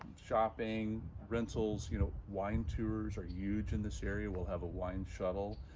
shopping, rentals. you know wine tours are huge in this area. we'll have a wine shuttle.